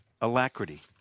alacrity